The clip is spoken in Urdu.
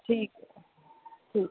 ٹھیک ٹھیک